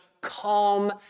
calm